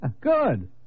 Good